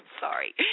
sorry